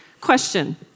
Question